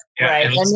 right